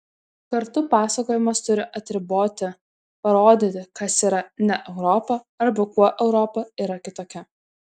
kartu pasakojimas turi atriboti parodyti kas yra ne europa arba kuo europa yra kitokia